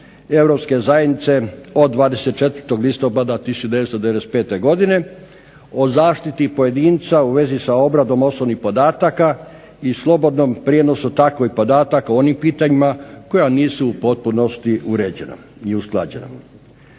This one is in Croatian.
Europske zajednice od 24. listopada 1995. godine o zaštiti pojedinca u vezi sa obradom osobnih podataka i slobodnom prijenosu takvih podataka o onim pitanjima koja nisu u potpunosti uređena i usklađena.